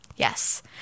Yes